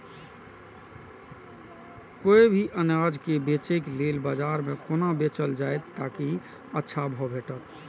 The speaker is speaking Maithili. कोय भी अनाज के बेचै के लेल बाजार में कोना बेचल जाएत ताकि अच्छा भाव भेटत?